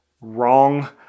wrong